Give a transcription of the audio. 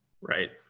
right